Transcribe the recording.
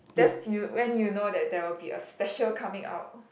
that's you when you know that there will be a special coming out